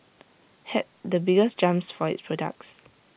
had the biggest jumps for its products